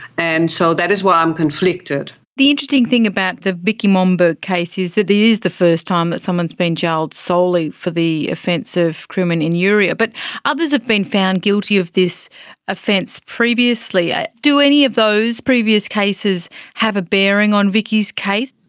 and so that is why i'm conflicted. the interesting thing about the vicky momberg case is that it is the first time that someone has been jailed solely for the offence of crimen injuria, but others have been found guilty of this offence previously. ah do any of those previous cases have a bearing on vicky's case?